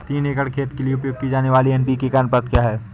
तीन एकड़ खेत के लिए उपयोग की जाने वाली एन.पी.के का अनुपात क्या है?